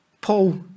Paul